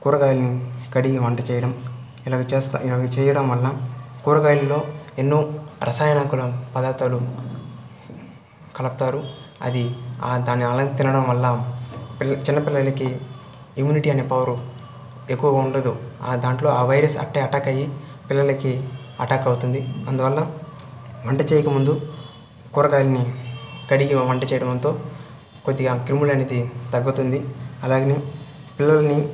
కూరగాయలను కడిగి వంట చేయడం ఇలాగ చేస్తా ఇలాగా చేయడం వల్ల కూరగాయల్లో ఎన్నో రసాయనాకుల పదార్థాలు కలపుతారు అది దాని తినడం వల్ల పిల్ల చిన్న పిల్లలకి ఇమ్యూనిటీ అనే పవర్ ఎక్కువగా ఉండదు ఆ దాంట్లో ఆ వైరస్ అట్టే అటాక్ అయ్యి పిల్లలకి అటాక్ అవుతుంది అందువల్ల వంట చేయకముందు కూరగాయల్ని కడిగి వంట చేయడంతో కొద్దిగా క్రిములు అనేది తగ్గుతుంది అలాగే పిల్లల్ని